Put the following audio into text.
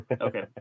Okay